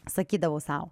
sakydavau sau